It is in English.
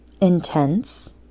intense